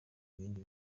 ibindi